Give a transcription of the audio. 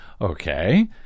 Okay